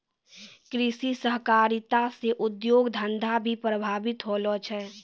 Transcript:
कृषि सहकारिता से उद्योग धंधा भी प्रभावित होलो छै